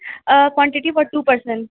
quantity for two person